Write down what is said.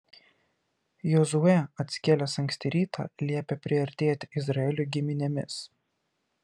jozuė atsikėlęs anksti rytą liepė priartėti izraeliui giminėmis